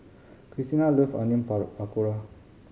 Krystina love Onion Pakora